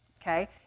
okay